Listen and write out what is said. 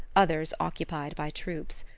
others occupied by troops.